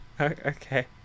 Okay